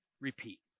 repeat